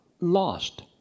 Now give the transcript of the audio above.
lost